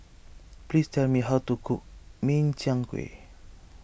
please tell me how to cook Min Chiang Kueh